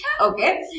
Okay